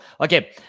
Okay